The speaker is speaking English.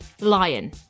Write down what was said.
lion